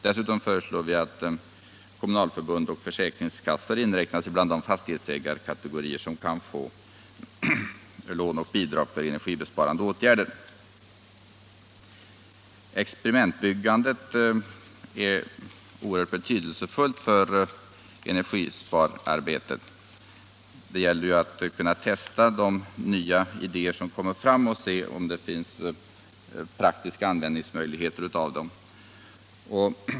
Utskottet föreslår dessutom att kommunalförbund och försäkringskassor skall inräknas i de fastighetsägarkategorier som kan få lån och bidrag för energibesparande åtgärder. Experimentbyggandet är oerhört betydelsefullt för energispararbetet. Det gäller att testa de nya idéer som kommer fram för att undersöka om de är praktiskt användbara.